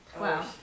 Wow